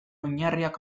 oinarriak